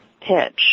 pitch